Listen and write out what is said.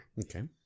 okay